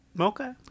Okay